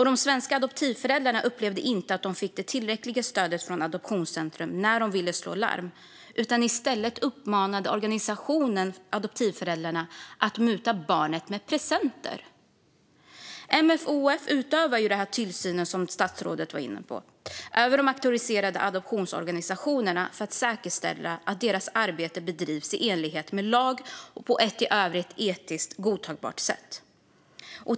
De svenska adoptivföräldrarna upplevde inte att de fick tillräckligt stöd från Adoptionscentrum när de ville slå larm. I stället uppmanade organisationen adoptivföräldrarna att muta barnet med presenter. MFoF utövar tillsynen, vilket statsrådet var inne på, över de auktoriserade adoptionsorganisationerna för att säkerställa att deras arbete bedrivs i enlighet med lagen och på ett i övrigt etiskt godtagbart sätt.